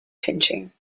pinching